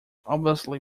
obviously